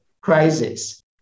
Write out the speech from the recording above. crisis